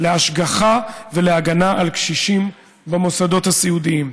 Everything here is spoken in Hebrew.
להשגחה ולהגנה על קשישים במוסדות הסיעודיים.